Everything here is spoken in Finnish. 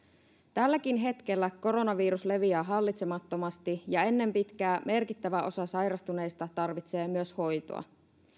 tälläkin hetkellä koronavirus leviää hallitsemattomasti ja ennen pitkää merkittävä osa sairastuneista tarvitsee myös hoitoa